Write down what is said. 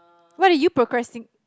what are you procrasti~